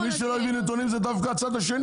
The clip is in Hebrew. מי שלא הביא נתונים זה דווקא הצד השני.